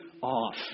off